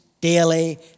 daily